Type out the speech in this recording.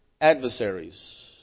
adversaries